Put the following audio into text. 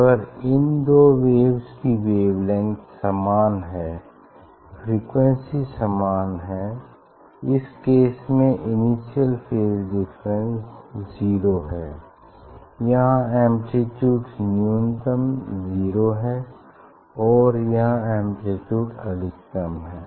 अगर इन दो वेव्स की वेवलेंग्थ समान है फ्रीक्वेंसी समान है इस केस में इनिशियल फेज डिफरेंस जीरो है यहाँ एम्प्लीट्यूड न्यूनतम जीरो है और यहाँ एम्प्लीट्यूड अधिकतम है